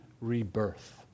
rebirth